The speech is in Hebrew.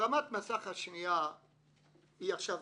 והרמת המסך השנייה היא בטוב.